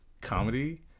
comedy